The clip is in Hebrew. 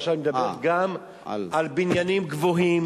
עכשיו אני מדבר גם על בניינים גבוהים.